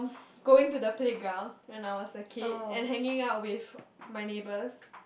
going to the playground when I was a kid and hanging out with my neighbours